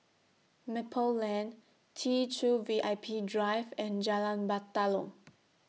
Maple Lane T two V I P Drive and Jalan Batalong